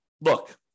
look